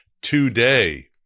Today